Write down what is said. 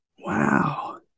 Wow